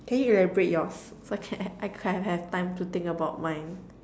can you elaborate yours so I can I can have time to think about mine